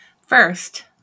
First